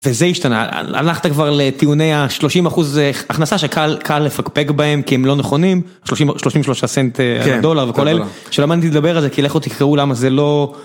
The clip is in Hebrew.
וזה ישתנה, הלכת כבר לטיעוני ה-30% זה הכנסה שקל לפקפק בהם כי הם לא נכונים, ה-33 סנט הדולר וכולל, שלמדתי לדבר על זה, כי לכו ותקראו למה זה לא.